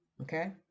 okay